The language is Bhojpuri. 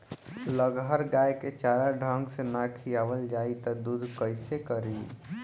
लगहर गाय के चारा ढंग से ना खियावल जाई त दूध कईसे करी